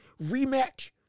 rematch